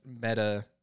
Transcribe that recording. meta